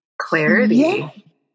clarity